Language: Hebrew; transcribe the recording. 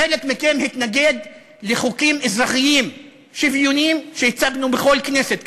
חלק מכם התנגד לחוקים אזרחיים שוויוניים שהצגנו כמעט בכל כנסת,